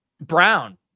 Brown